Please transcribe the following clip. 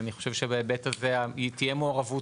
אז אני חושב שבהיבט הזה תהיה מעורבות